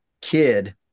kid